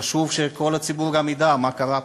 חשוב שכל הציבור ידע מה קרה פה.